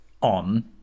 on